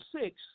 six